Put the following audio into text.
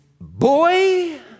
boy